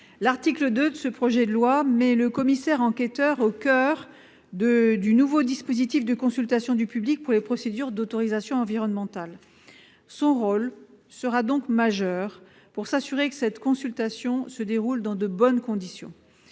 L'article 2 de ce projet de loi met le commissaire enquêteur au coeur du nouveau dispositif de consultation du public pour les procédures d'autorisation environnementale. Son rôle sera donc majeur pour s'assurer que cette consultation se déroule dans de bonnes conditions.